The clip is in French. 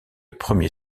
premier